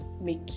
make